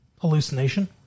hallucination